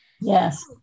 Yes